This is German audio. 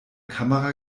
kamera